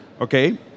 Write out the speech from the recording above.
okay